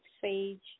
sage